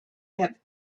have